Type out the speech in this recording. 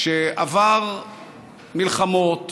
שעבר מלחמות